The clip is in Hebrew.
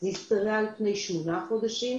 וזה השתרע על פני שמונה חודשים,